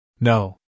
No